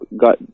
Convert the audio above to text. got